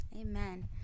Amen